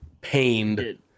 pained